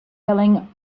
yelling